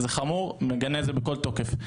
זה חמור, מגנה את זה בכל תוקף.